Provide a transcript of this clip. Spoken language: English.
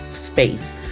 space